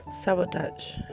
sabotage